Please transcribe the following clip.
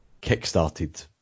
kick-started